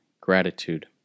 Gratitude